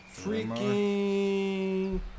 Freaking